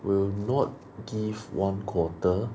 will not give one quarter